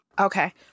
Okay